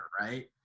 Right